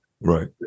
Right